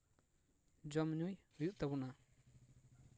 ᱡᱚᱢ ᱧᱩᱭ ᱦᱩᱭᱩᱜ ᱛᱟᱵᱚᱱᱟ